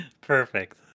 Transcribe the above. Perfect